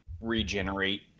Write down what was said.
regenerate